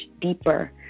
deeper